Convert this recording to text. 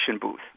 booth